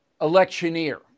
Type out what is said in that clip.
electioneer